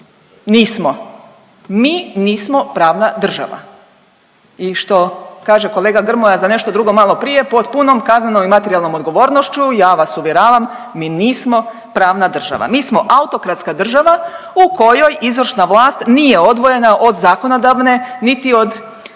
nismo, mi nismo pravna država i što kaže kolega Grmoja za nešto drugo maloprije, pod punom materijalnom i kaznenom odgovornošću ja vas uvjeravam mi nismo pravna država, mi smo autokratska država u kojoj izvršna vlast nije odvojena od zakonodavne, niti od